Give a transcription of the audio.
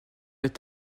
est